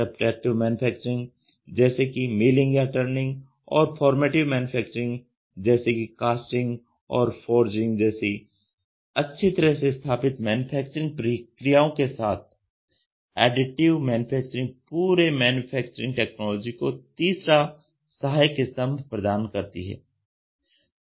subtractive manufacturing जैसे कि milling या टर्निंग और फॉर्मेटिव मैन्युफैक्चरिंग जैसे कि कास्टिंग और फॉर्जिंग जैसी अच्छी तरह से स्थापित मैन्युफैक्चरिंग प्रक्रियाओं के साथ एडिटिव मैन्युफैक्चरिंग पूरे मैन्युफैक्चरिंग टेक्नोलॉजी को तीसरा सहायक स्तंभ प्रदान करती है